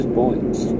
points